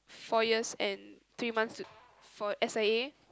four years and three months to for S_I_A